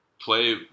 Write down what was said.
play